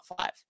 five